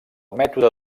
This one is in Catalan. mètode